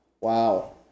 Wow